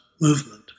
movement